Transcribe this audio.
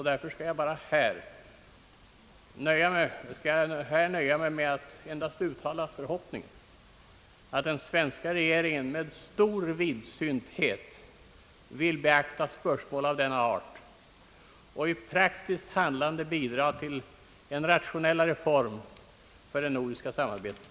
Därför skall jag nöja mig med att här uttala förhoppningen att den svenska regeringen med stor vidsynthet vill beakta spörsmål av denna art och i praktiskt handlande bidraga till en rationellare form för det nordiska samarbetet.